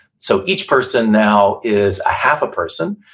so each person now is a half a person,